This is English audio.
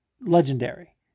legendary